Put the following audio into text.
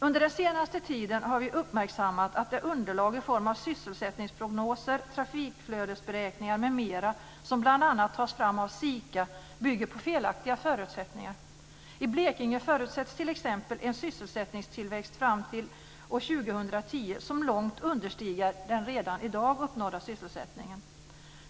Under den senaste tiden har vi uppmärksammat att det underlag i form av sysselsättningsprognoser, trafikflödesberäkningar m.m. som bl.a. tas fram av SIKA bygger på felaktiga förutsättningar. I Blekinge förutsätts t.ex. en sysselsättningstillväxt fram till 2010 som långt understiger den redan i dag uppnådda sysselsättningen.